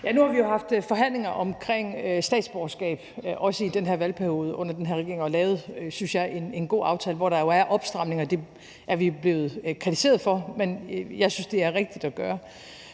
Nu har vi jo også haft forhandlinger omkring statsborgerskab i den her valgperiode og under den her regering, og vi har lavet – synes jeg – en god aftale, hvor der jo er opstramninger, og det er vi blevet kritiseret for. Men jeg synes, det er rigtigt at gøre,